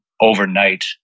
overnight